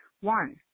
One